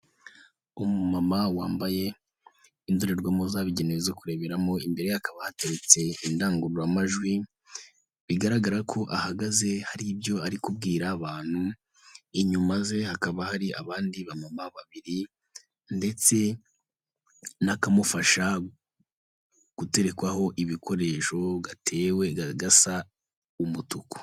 Umu mama wambaye indorerwamo zabugenewe zo kureberamo, imbere hakaba hatetse indangururamajwi bigaragara ko ahagaze hari ibyo ari kubwira abantu inyuma ze hakaba hari abandi bamama babiri ndetse n'kamufasha guterekwaho ibikoresho, gatewe gasa umutuku.